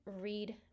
read